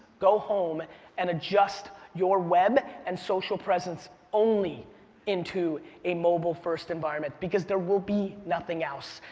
go home and adjust your web and social presence only into a mobile-first environment, because there will be nothing else.